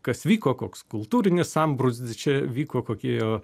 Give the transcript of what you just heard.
kas vyko koks kultūrinis sambrūzdis čia vyko kokie jo